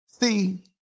See